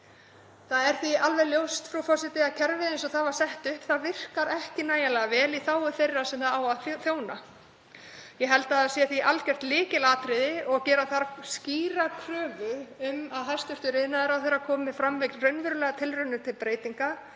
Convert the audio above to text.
Það er því alveg ljóst, frú forseti, að kerfið eins og það var sett upp virkar ekki nægilega vel í þágu þeirra sem það á að þjóna. Ég held að það sé því algjört lykilatriði að gera þurfi skýra kröfu um að hæstv. iðnaðarráðherra komi fram með raunverulegar tillögur til breytinga